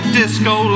disco